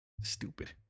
stupid